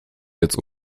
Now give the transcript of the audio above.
jetzt